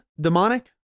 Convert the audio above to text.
demonic